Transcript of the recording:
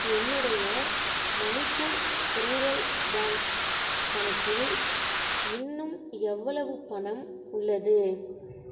என்னுடைய Manipur rural bank கணக்கில் இன்னும் எவ்வளவு பணம் உள்ளது